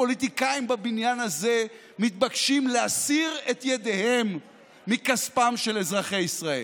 הפוליטיקאים בבניין הזה מתבקשים להסיר את ידיהם מכספם של אזרחי ישראל.